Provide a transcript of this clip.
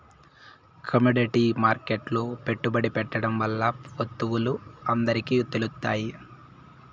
commodity మార్కెట్లో పెట్టుబడి పెట్టడం వల్ల వత్తువులు అందరికి తెలుత్తాయి